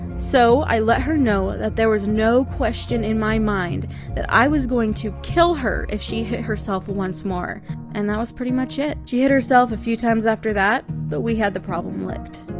so, i let her know that there was no question in my mind that i was going to kill her if she hit herself once more and that was pretty much it. she hit herself a few times after that, but we had the problem licked.